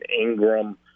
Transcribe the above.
Ingram